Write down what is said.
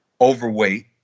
overweight